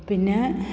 പിന്നെ